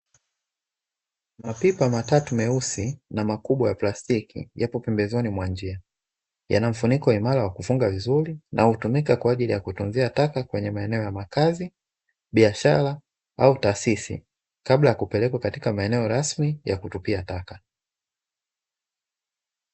Mapipa matatu meusi na makubwa ya plastiki, yapo pembezoni mwa njia, yana mfuniko imara wa kufunga vizuri na hutumika kwa ajili ya kutunzia taka kwenye maeneo ya makazi, biashara au taasisi, kabla ya kupelekwa katika maeneo rasmi ya kutupia taka.